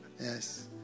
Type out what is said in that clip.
Yes